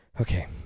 Okay